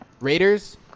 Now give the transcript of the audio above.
raiders